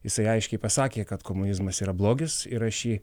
jisai aiškiai pasakė kad komunizmas yra blogis ir aš jį